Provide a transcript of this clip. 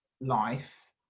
life